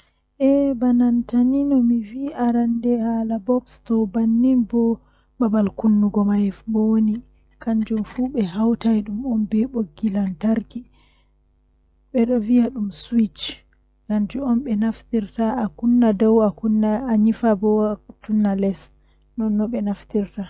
Eh woodi wuro mi mwdi yahugo bedon wiya wuro man rivers bedon wiya dum patakot ndemi yahi babal man weli am masin ngam mi tawi hundeeji duddun jei mi laaran mi laari dum bo weli am masin mi tammai mi laaran bo.